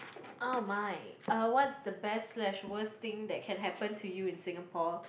ah my uh what's the best slash worst thing that can happen to you in Singapore